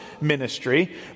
ministry